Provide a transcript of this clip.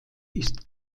ist